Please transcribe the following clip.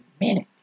minute